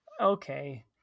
Okay